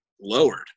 lowered